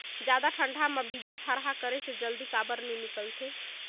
जादा ठंडा म बीजा थरहा करे से जल्दी काबर नी निकलथे?